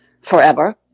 forever